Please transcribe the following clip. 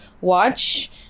watch